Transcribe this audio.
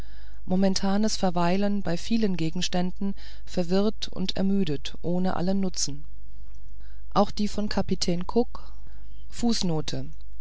momentanes verweilen bei vielen gegenständen verwirrt und ermüdet ohne allen nutzen auch die von kapitän cook